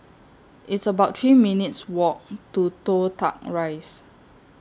It's about three minutes' Walk to Toh Tuck Rise